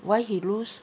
why he lose